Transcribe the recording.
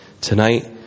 tonight